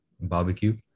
barbecue